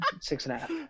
six-and-a-half